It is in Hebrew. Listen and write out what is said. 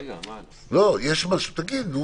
אם יש משהו תגיד.